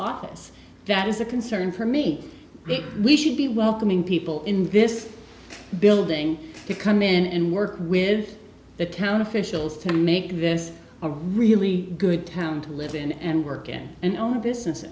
office that is a concern for me we should be welcoming people in this building to come in and work with the town officials to make this a really good town to live and work in and o